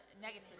negative